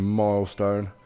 milestone